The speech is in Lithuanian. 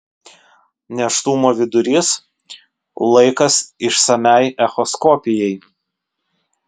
nėštumo vidurys laikas išsamiai echoskopijai